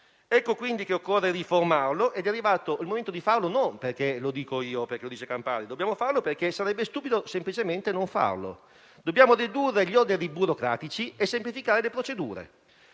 Ecco quindi che occorre riformarlo ed è arrivato il momento di farlo non perché lo dico io, perché lo dice Campari; dobbiamo farlo perché sarebbe stupido semplicemente non farlo. Dobbiamo dedurre gli oneri burocratici e semplificare le procedure.